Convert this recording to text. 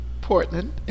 Portland